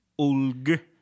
Ulg